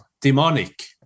demonic